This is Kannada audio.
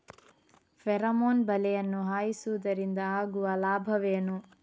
ಫೆರಮೋನ್ ಬಲೆಯನ್ನು ಹಾಯಿಸುವುದರಿಂದ ಆಗುವ ಲಾಭವೇನು?